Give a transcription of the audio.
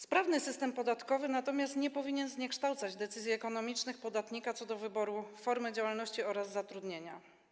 Sprawny system podatkowy natomiast nie powinien zniekształcać decyzji ekonomicznych podatnika co do wyboru form działalności oraz zatrudnienia.